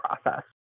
process